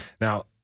Now